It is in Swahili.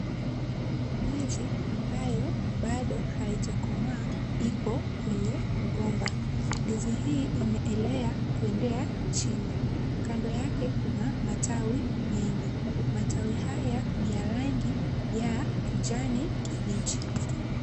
Ndizi ambayo bado haijakomaa iko kwenye mgomba. Ndizi hii imeelea kwendea chini. Kando yake kuna matawi mengi. Matawi haya ni ya rangi ya kijani kibichi.